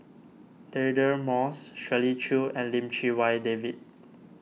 Deirdre Moss Shirley Chew and Lim Chee Wai David